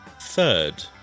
third